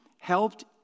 helped